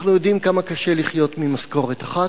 אנחנו יודעים כמה קשה לחיות ממשכורת אחת,